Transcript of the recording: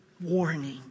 Warning